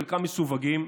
חלקם מסווגים,